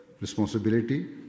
responsibility